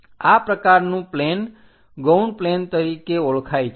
આ પ્રકારનું પ્લેન ગૌણ પ્લેન તરીકે ઓળખાય છે